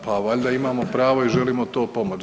Pa valjda imamo pravo i želimo to pomoći.